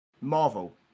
Marvel